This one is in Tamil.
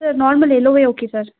சார் நார்மல் எல்லோவே ஓகே சார்